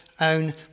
own